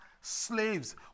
slaves